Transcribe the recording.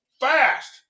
fast